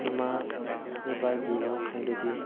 ꯏꯃꯥ ꯏꯄꯥꯒꯤ ꯂꯣꯟ ꯈꯪꯗ꯭ꯔꯗꯤ